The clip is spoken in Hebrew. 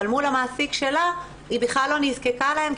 אבל מול המעסיק שלה היא בכלל לא נזקקה להן,